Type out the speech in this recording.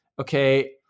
okay